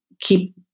keep